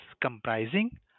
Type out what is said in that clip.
comprising